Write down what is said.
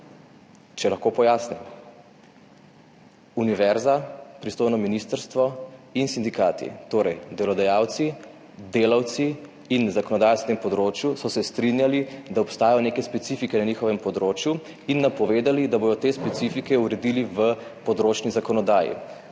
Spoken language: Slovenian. Če lahko pojasnim. Univerza, pristojno ministrstvo in sindikati, torej delodajalci, delavci in zakonodajalec na tem področju, so se strinjali, da obstajajo neke specifike na njihovem področju in napovedali, da bodo te specifike uredili v področni zakonodaji.